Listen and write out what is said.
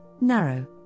narrow